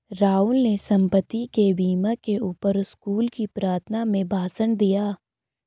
राहुल ने संपत्ति के बीमा के ऊपर स्कूल की प्रार्थना में भाषण दिया